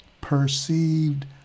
perceived